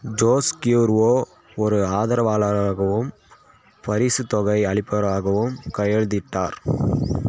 Jose Cuervo ஒரு ஆதரவாளரராகவும் பரிசு தொகை அளிப்பவராகவும் கையெழுத்திட்டார்